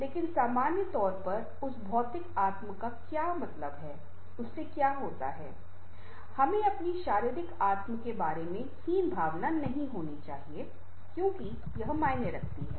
लेकिन सामान्य तौर पर उस भौतिक आत्म का क्या होता है हमें अपने शारीरिक आत्म के बारे में हीन भावना नहीं होनी चाहिए क्योंकि यह मायने रखता है